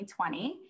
2020